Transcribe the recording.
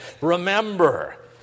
Remember